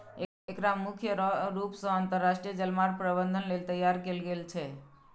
एकरा मुख्य रूप सं अंतरराष्ट्रीय जलमार्ग प्रबंधन लेल तैयार कैल गेल छै